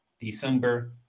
December